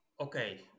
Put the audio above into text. Okay